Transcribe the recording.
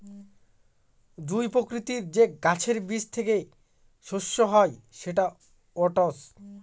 জুঁই প্রকৃতির যে গাছের বীজ থেকে শস্য হয় সেটা ওটস